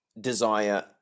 desire